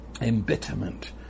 Embitterment